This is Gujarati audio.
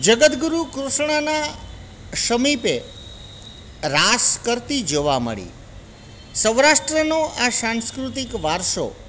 જગત ગુરુ ઘોષણનાા સમીપે રાસ કરતી જોવા મળી સૌરાષ્ટ્રનો આ સાંસ્કૃતિક વારસો